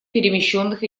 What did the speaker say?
перемещенных